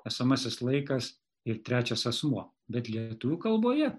esamasis laikas ir trečias asmuo bet lietuvių kalboje